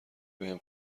بهم